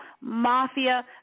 mafia